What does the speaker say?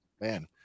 man